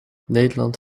nederland